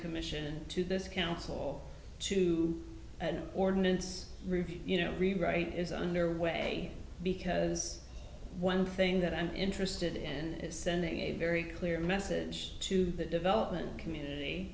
commission to this council to ordinance review you know rewrite is underway because one thing that i'm interested and is sending a very clear message to the development community